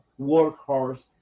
workhorse